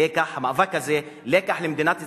במאבק הזה, לקח למדינת ישראל,